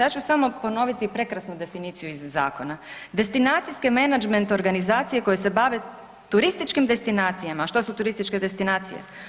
Ja ću samo ponoviti prekrasnu definiciju iz zakona „Destinacijski menadžment organizacije koje se bave turističkim destinacijama.“ A što su turističke destinacije?